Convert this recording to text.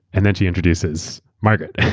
and then she introduces margaret.